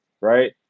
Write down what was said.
right